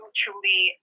truly